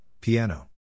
Piano